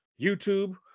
YouTube